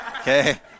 okay